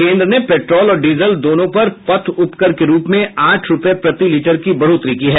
केन्द्र ने पेट्रोल और डीजल दोनों पर पथ उपकर के रूप में आठ रूपये प्रति लीटर की बढ़ोतरी की है